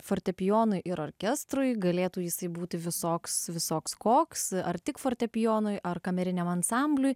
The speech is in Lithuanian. fortepijonui ir orkestrui galėtų jisai būti visoks visoks koks ar tik fortepijonui ar kameriniam ansambliui